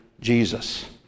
Jesus